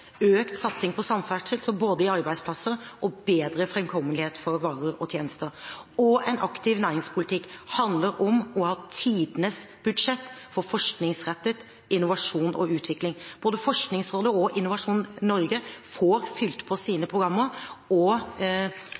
økt satsing på samferdsel, både i forbindelse med arbeidsplasser og bedre fremkommelighet for varer og tjenester. En aktiv næringspolitikk handler om å ha tidenes budsjett for forskningsrettet innovasjon og utvikling. Både Forskningsrådet og Innovasjon Norge får fylt på sine programmer, og